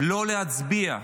לא להצביע,